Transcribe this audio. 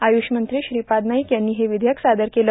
आय्रष मंत्री श्रीपाद नाईक यांनी हे विधेयक सादर केलं